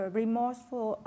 remorseful